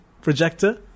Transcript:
projector